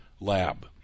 lab